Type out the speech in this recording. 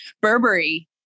Burberry